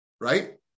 Right